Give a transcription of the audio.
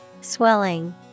Swelling